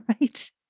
Right